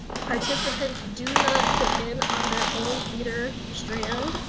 participants do not sit in on their own theater strand,